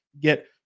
Get